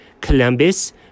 Columbus